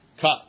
cut